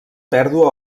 pèrdua